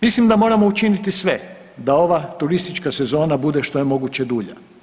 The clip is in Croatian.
Mislim da moramo učiniti sve da ova turistička sezona bude što je moguće dulja.